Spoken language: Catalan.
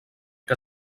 que